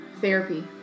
therapy